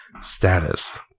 status